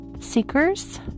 seekers